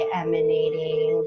emanating